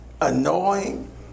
annoying